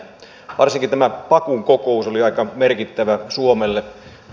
varsinkin tämä bakun kokous oli aika merkittävä suomelle